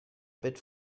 bit